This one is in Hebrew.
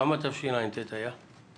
כמה תשע"ט היה?